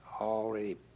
already